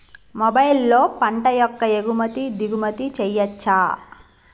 మొబైల్లో పంట యొక్క ఎగుమతి దిగుమతి చెయ్యచ్చా?